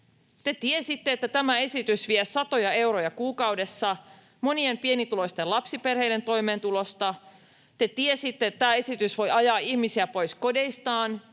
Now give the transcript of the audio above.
Te tiesitte, että tämä esitys vie satoja euroja kuukaudessa monien pienituloisten lapsiperheiden toimeentulosta. Te tiesitte, että tämä esitys voi ajaa ihmisiä pois kodeistaan